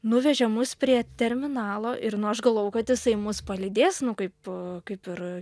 nuvežė mus prie terminalo ir nu aš galvojau kad jisai mus palydės nu kaip kaip ir